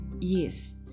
yes